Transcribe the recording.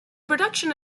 production